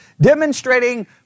demonstrating